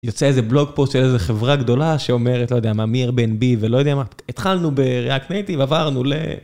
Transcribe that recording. יוצא איזה בלוג פוסט של איזו חברה גדולה שאומרת לא יודע מAirbnb ולא יודע מה. התחלנו בריאקט נייטיב ועברנו ל...